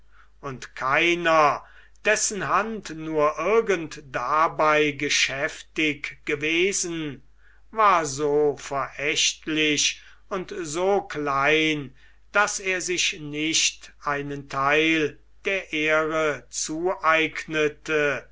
und keiner dessen hand nur irgend dabei geschäftig gewesen war so verächtlich und so klein daß er sich nicht einen theil der ehre zueignete